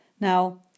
Now